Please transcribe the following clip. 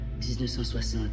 1960